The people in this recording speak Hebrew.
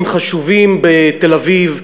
מאבקים חשובים בתל-אביב,